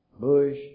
Bush